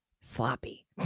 sloppy